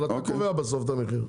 אבל אתה קובע בסוף את המחיר.